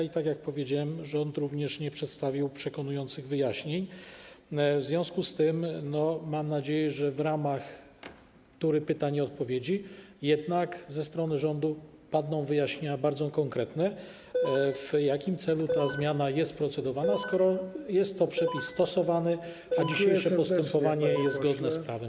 I tak jak powiedziałem, rząd również nie przedstawił przekonujących wyjaśnień, w związku z czym mam nadzieję, że w ramach tury pytań i odpowiedzi padną jednak ze strony rządu bardzo konkretne wyjaśnienia, w jakim celu ta zmiana jest procedowana, skoro jest to przepis stosowany, a dzisiejsze postępowanie jest zgodne z prawem.